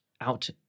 out